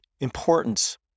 importance